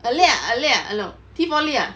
ah liat ah liat T four liat